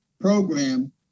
program